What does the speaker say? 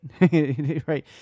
Right